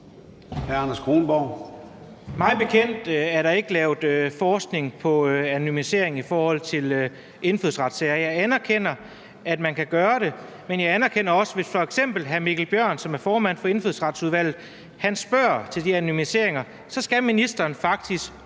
Hr. Anders Kronborg.